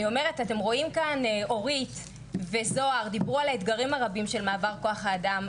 אתם רואים שאורית וזהר דיברו כאן על האתגרים הרבים של מעבר כוח האדם,